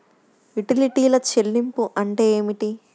యుటిలిటీల చెల్లింపు అంటే ఏమిటి?